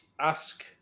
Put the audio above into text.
ask